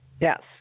Yes